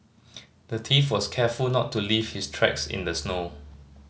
the thief was careful not to leave his tracks in the snow